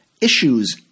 issues